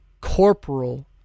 corporal